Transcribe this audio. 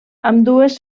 ambdues